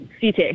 CT